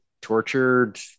tortured